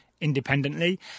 independently